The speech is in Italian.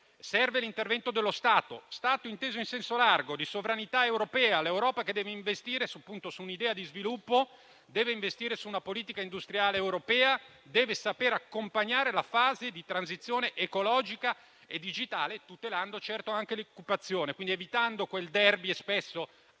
serve l'intervento dello Stato, inteso in senso largo, inteso come sovranità europea. È l'Europa che deve investire su un'idea di sviluppo, su una politica industriale europea, e deve saper accompagnare la fase di transizione ecologica e digitale, tutelando certo anche l'occupazione ed evitando quel derby cui spesso